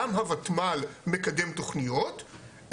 גם הותמ"ל מקדם תוכניות,